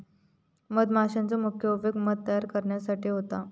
मधमाशांचो मुख्य उपयोग मध तयार करण्यासाठी होता